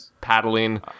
Paddling